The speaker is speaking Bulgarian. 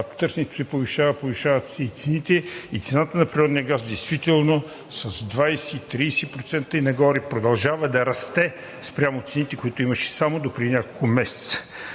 повишава, повишават се и цените. Цената на природния газ действително с 20 – 30% и нагоре продължава да расте спрямо цените, които имаше само допреди няколко месеца.